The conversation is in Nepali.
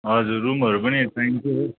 हजुर रुमहरू पनि चाहिन्छ हो